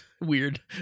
weird